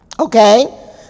Okay